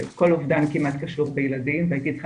שכל אובדן קשור כמעט בילדים והייתי צריכה